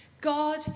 God